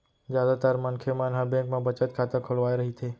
जादातर मनखे मन ह बेंक म बचत खाता खोलवाए रहिथे